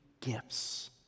gifts